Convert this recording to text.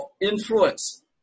influence